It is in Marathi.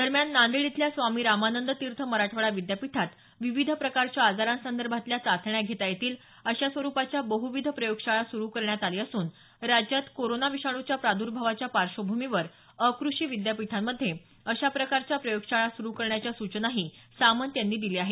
दरम्यान नांदेड इथल्या स्वामी रामानंद तीर्थ मराठवाडा विद्यापीठात विविध आजारासंदर्भातील चाचण्या घेता येतील अशा स्वरूपाच्या बहुविध प्रकारच्या प्रयोगशाळा सुरू करण्यात आली असून राज्यात कोरोना विषाणूच्या प्राद्भावाच्या अकृषी विद्यापीठांमध्ये अशा प्रकारच्या प्रयोगशाळा सुरू करण्याच्या पार्श्वभूमीवर सूचनाही सामंत यांनी दिल्या आहेत